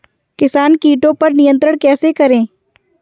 किसान कीटो पर नियंत्रण कैसे करें?